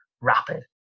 rapid